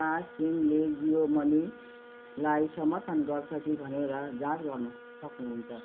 पाँच तिनले जियो मनीलाई समर्थन गर्छ कि भनेर जाँच गर्नु सक्नुहुन्छ